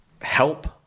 help